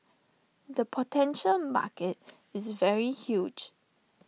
the potential market is very huge